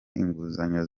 inguzanyo